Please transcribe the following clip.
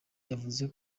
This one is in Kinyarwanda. yavuze